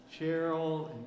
Cheryl